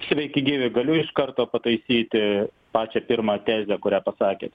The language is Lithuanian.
sveiki gyvi galiu iš karto pataisyti pačią pirmą tezę kurią pasakėt